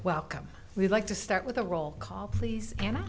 welcome we'd like to start with the roll call please an